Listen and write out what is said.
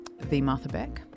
TheMarthaBeck